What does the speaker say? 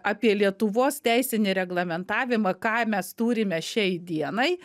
apie lietuvos teisinį reglamentavimą ką mes turime šiai dienai